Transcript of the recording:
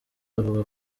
bavuga